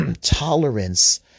tolerance